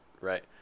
right